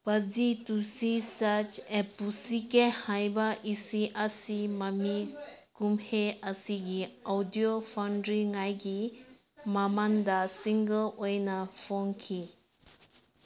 ꯄꯥꯖꯤ ꯇꯨꯁꯤ ꯁꯁ ꯑꯦ ꯄꯨꯁꯤꯀꯦ ꯍꯥꯏꯕ ꯏꯁꯩ ꯑꯁꯤ ꯃꯃꯤ ꯀꯨꯝꯍꯩ ꯑꯁꯤꯒꯤ ꯑꯧꯗꯤꯑꯣ ꯐꯣꯡꯗ꯭ꯔꯤꯉꯩꯒꯤ ꯃꯃꯥꯡꯗ ꯁꯤꯡꯒꯜ ꯑꯣꯏꯅ ꯐꯣꯡꯈꯤ